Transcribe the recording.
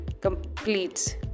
completes